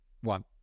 one